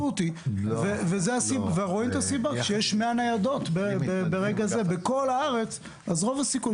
ברגע זה 100 ניידות בכל הארץ אז רוב הסיכויים